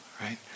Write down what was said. right